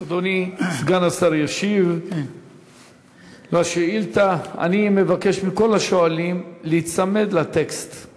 כאשר חייל שאינו דתי יכול לזכות לביקור בשבת כחלק מנוהל השבת הצה"לי,